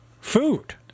food